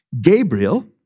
Gabriel